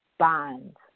Bonds